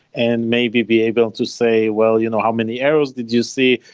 and maybe be able to say, well, you know how many errors did you see?